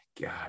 god